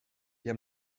wir